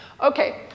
Okay